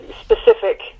specific